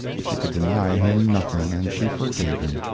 she could deny him nothing, and she forgave him.